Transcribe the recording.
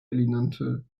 ernannte